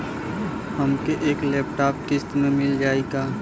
हमके एक लैपटॉप किस्त मे मिल जाई का?